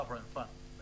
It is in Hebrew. Sovereign fund.